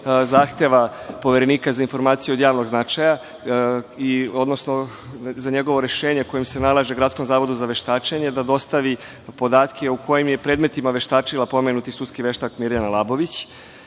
zahteva Poverenika za informacije od javnog značaja, odnosno za njegovo rešenje kojim se nalaže Gradskom zavodu za veštačenje da dostavi podatke u kojim je predmetima veštačila pomenuti sudski veštak Mirjana Labović?